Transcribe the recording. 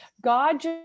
God